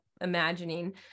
imagining